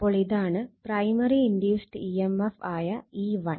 അപ്പോൾ ഇതാണ് primary induced E M F ആയ E1